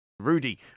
Rudy